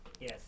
Yes